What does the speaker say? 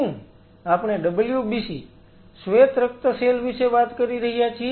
શું આપણે WBC શ્વેત રક્ત સેલ વિશે વાત કરી રહ્યા છીએ